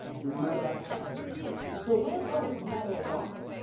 we know that happens so land prices matter a lot.